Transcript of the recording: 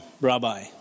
Rabbi